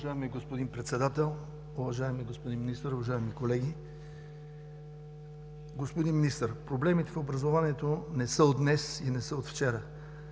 Уважаеми господин Председател, уважаеми господин Министър, уважаеми колеги! Господин Министър, проблемите в образованието не са от днес и не са от вчера.